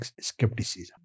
skepticism